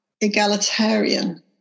egalitarian